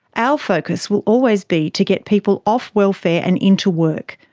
our focus will always be to get people off welfare and into work.